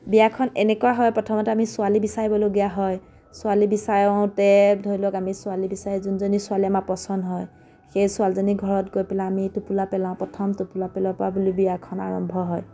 বিয়াখন এনেকুৱা হয় প্ৰথমতে আমি ছোৱালী বিচাৰিবলগীয়া হয় ছোৱালী বিচাৰোঁতে ধৰি লওক আমি ছোৱালী বিচাৰি যোনজনী ছোৱালী আমাৰ পচন্দ হয় সেই ছোৱালীজনীৰ ঘৰত গৈ পেলাই আমি টোপোলা পেলাও প্ৰথম টোপোলা পেলোৱা পৰা বুলি বিয়াখন আৰম্ভ হয়